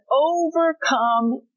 overcome